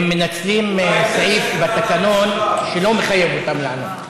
הם מנצלים סעיף בתקנון שלא מחייב אותם לענות.